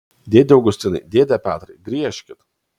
dėde augustinai dėde petrai griežkit